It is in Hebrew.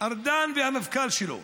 ארדן והמפכ"ל שלו